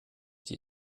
die